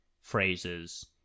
phrases